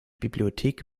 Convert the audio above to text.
bibliothek